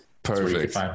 Perfect